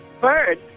Bird